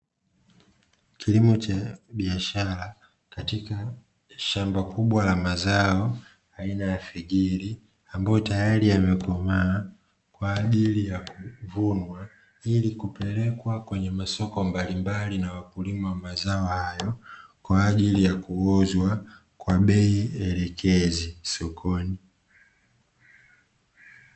Kilimo cha biashara katika shamba kubwa la mazao aina ya Figiri ambayo tayari yamekomaa kwa ajili ya kuvunwa, ili kupelekwa kwenye masoko mbalimbali na wakulima wa mazao hayo kwa ajili ya kuuzwa kwa bei elekezi sokoni.